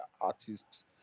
artists